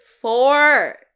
four